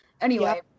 anyway-